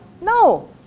No